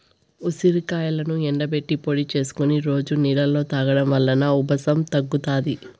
ఉసిరికాయలను ఎండబెట్టి పొడి చేసుకొని రోజు నీళ్ళలో తాగడం వలన ఉబ్బసం తగ్గుతాది